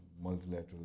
multilateral